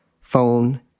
phone